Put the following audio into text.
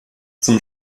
zum